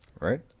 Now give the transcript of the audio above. Right